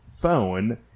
phone